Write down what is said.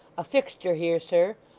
a fixter here, sir.